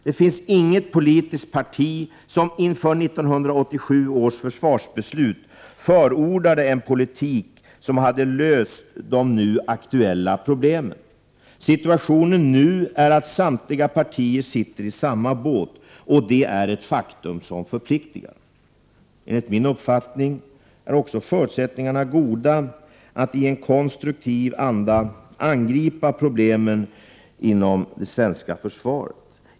Det finns inget politiskt parti som inför 1987 års försvarsbeslut förordade en politik som hade löst de nu aktuella problemen. Situationen nu är att samtliga partier sitter i samma båt. Det är ett faktum som förpliktigar. Enligt min uppfattning är också förutsättningarna goda att i en konstruktiv anda angripa problemen inom det svenska försvaret.